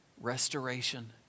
restoration